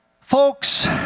Folks